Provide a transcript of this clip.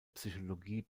psychologie